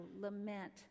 lament